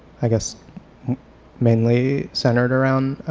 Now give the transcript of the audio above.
i guess mainly centered around